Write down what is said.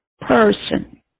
person